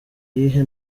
iyihe